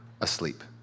asleep